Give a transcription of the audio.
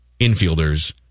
infielders